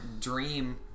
dream